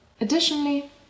Additionally